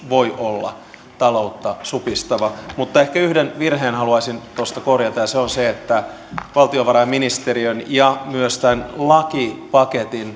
voi olla taloutta supistava mutta ehkä yhden virheen haluaisin tuosta korjata ja se on se että valtiovarainministeriön ja myös tämän lakipaketin